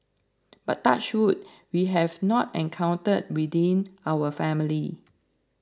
but touch wood we have not encountered within our family